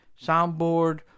soundboard